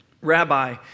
Rabbi